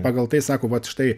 pagal tai sako vat štai